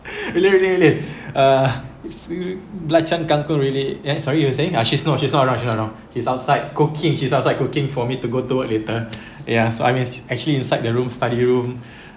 really really really uh belacan kangkung really eh sorry you were saying ah she's not she's not around she's not around she's outside cooking she's outside cooking for me to go to work later ya so I actually inside the room study room